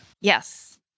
Yes